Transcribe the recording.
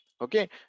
okay